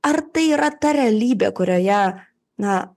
ar tai yra ta realybė kurioje na